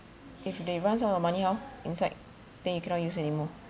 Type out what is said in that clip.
if they runs out of money how inside then you cannot use anymore